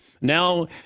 Now